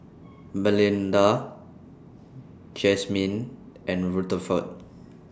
Malinda Jazmyne and Rutherford